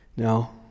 Now